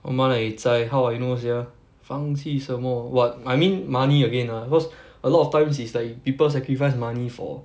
how I know sia 放弃什么 what I mean money again cause a lot of times is like people sacrifice money for